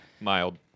mild